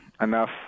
Enough